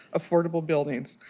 affordable buildings.